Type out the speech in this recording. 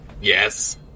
Yes